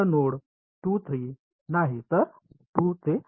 फक्त नोड 2 3 नाही तर 2 ते 3